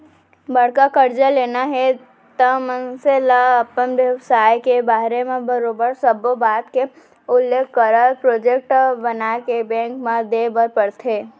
बड़का करजा लेना हे त मनसे ल अपन बेवसाय के बारे म बरोबर सब्बो बात के उल्लेख करत प्रोजेक्ट बनाके बेंक म देय बर परथे